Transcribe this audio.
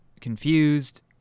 confused